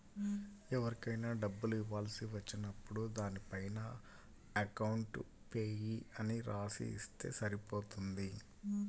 ఎవరికైనా డబ్బులు ఇవ్వాల్సి వచ్చినప్పుడు దానిపైన అకౌంట్ పేయీ అని రాసి ఇస్తే సరిపోతుంది